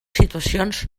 situacions